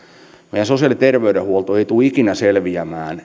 meidän sosiaali ja terveydenhuoltomme ei tule ikinä selviämään